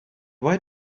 why